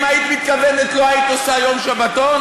אם היית מתכוונת, לא היית עושה יום שבתון?